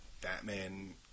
Batman